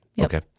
Okay